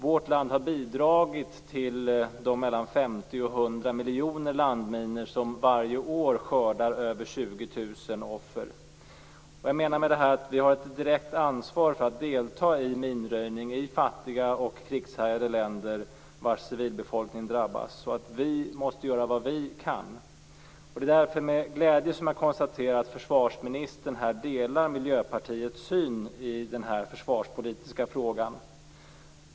Vårt land har bidragit till de 50-100 miljoner landminor som varje år skördar över 20 000 offer. Jag menar att vi i och med det här har ett direkt ansvar för att delta i minröjning i fattiga och krigshärjade länder vilkas civilbefolkning drabbas och att vi måste göra vad vi kan. Det är därför med glädje som jag konstaterar att försvarsministern delar Miljöpartiets syn i den här försvarspolitiska frågan.